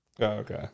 Okay